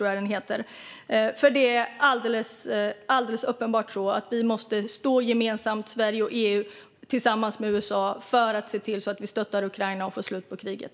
Det är alldeles uppenbart att Sverige och EU tillsammans med USA måste stå gemensamt för att stötta Ukraina och få slut på kriget.